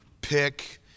Pick